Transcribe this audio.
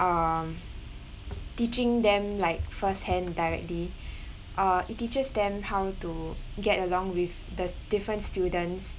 um teaching them like first hand directly uh it teaches them how to get along with the different students